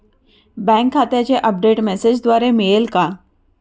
Bank खात्याचे update मेसेजद्वारे मिळेल का?